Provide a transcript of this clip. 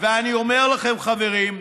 ואני אומר לכם, חברים,